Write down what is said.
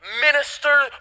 minister